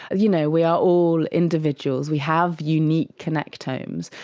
you know we are all individuals, we have unique connectomes.